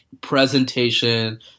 presentation